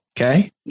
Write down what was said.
okay